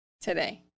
today